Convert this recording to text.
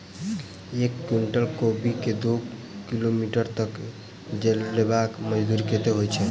एक कुनटल कोबी केँ दु किलोमीटर लऽ जेबाक मजदूरी कत्ते होइ छै?